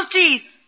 teeth